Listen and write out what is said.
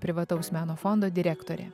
privataus meno fondo direktorė